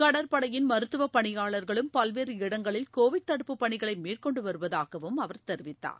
கடற்படையின் மருத்துவ பணியாளர்களும் பல்வேறு இடங்களில் கோவிட் தடுப்பு பணிகளை மேற்கொண்டு வருவதாகவும் அவர் தெரிவித்தார்